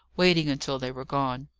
waiting until they were gone,